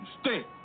Stay